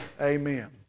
Amen